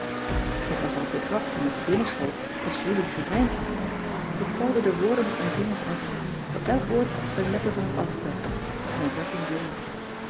ik was al op de trap toen me te binnen schoot dat julie gerijmd had ik telde de woorden op mijn vingers af voor elk woord een letter van het alphabet en t werd een j